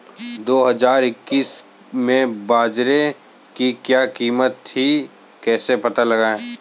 दो हज़ार इक्कीस में बाजरे की क्या कीमत थी कैसे पता लगाएँ?